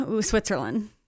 Switzerland